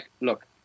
look